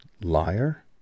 Liar